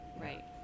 Right